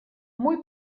muy